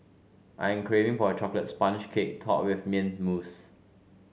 I am craving for a chocolate sponge cake topped with mint mousse